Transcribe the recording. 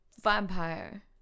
Vampire